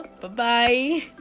Bye-bye